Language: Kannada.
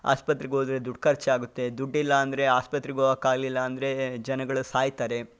ಆಸ್ಪತ್ರೆಗೆ ಹೋದ್ರೆ ದುಡ್ಡು ಖರ್ಚಾಗುತ್ತೆ ದುಡ್ಡು ಇಲ್ಲ ಅಂದರೆ ಆಸ್ಪತ್ರಿಗೆ ಹೋಗಕ್ ಆಗ್ಲಿಲ್ಲ ಅಂದರೆ ಜನಗಳು ಸಾಯ್ತಾರೆ